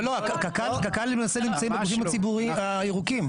לא, קק"ל נמצאים בגופים הירוקים.